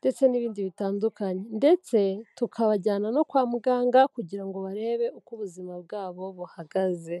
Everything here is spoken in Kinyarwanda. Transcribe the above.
ndetse n'ibindi bitandukanye ndetse tukabajyana no kwa muganga kugira ngo barebe uko ubuzima bwabo buhagaze.